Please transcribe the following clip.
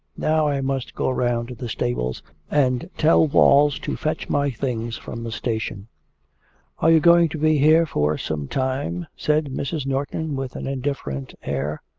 now i must go round to the stables and tell walls to fetch my things from the station are you going to be here for some time said mrs. norton with an indifferent air.